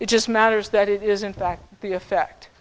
it just matters that it is in fact the effect